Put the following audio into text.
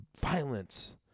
violence